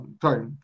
sorry